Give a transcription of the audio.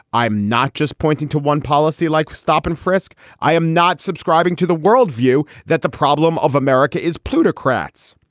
i'm not just pointing to one policy like stop and frisk. i am not subscribing to the world view that the problem of america is plutocrats.